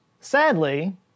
Sadly